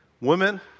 Women